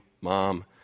Mom